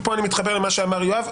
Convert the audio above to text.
ופה אני מתחבר למה שאמר יואב.